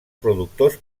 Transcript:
productors